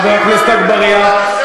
חבר הכנסת אגבאריה,